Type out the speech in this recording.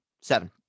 Seven